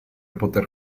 poter